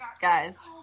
guys